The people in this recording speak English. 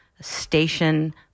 station